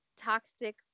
toxic